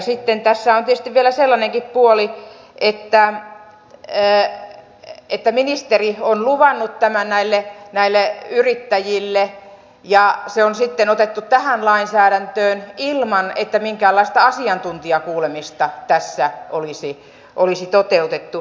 sitten tässä on tietysti vielä sellainenkin puoli että ministeri on luvannut tämän näille yrittäjille ja se on sitten otettu tähän lainsäädäntöön ilman että minkäänlaista asiantuntijakuulemista tässä olisi toteutettu